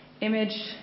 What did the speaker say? image